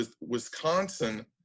Wisconsin